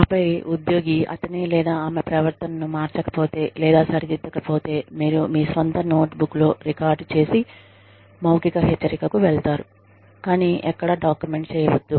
ఆపై ఉద్యోగి అతని లేదా ఆమె ప్రవర్తనను మార్చకపోతే లేదా సరిదిద్దకపోతే మీరు మీ స్వంత నోట్ బుక్ లో రికార్డ్ చేసే మౌఖిక హెచ్చరికకు వెళతారు కానీ ఎక్కడా డాక్యుమెంట్ చేయవద్దు